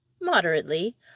Moderately